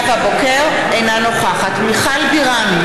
אינה נוכחת מיכל בירן,